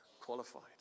qualified